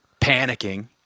panicking